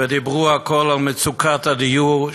ודיברו הכול על כל מצוקת הדיור,